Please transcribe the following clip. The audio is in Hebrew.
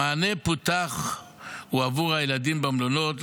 המענה פותח עבור הילדים במלונות,